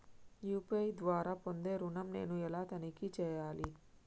UPI ద్వారా పొందే ఋణం నేను ఎలా తనిఖీ చేయాలి?